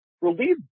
relieve